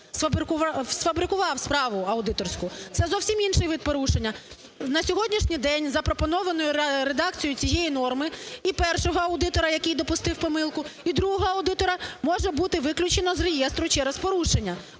сфабрикував справу аудиторську. Це зовсім інший вид порушення. На сьогоднішній день запропонованою редакцією цієї норми і першого аудитора, який допустив помилку, і другого аудитора може бути виключено з реєстру через порушення,